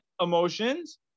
emotions